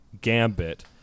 gambit